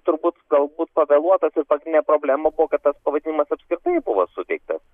turbūt galbūt pavėluotas ir ta esminė problema buvo kad tas pavadinimas apskritai buvo suteiktas